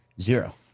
Zero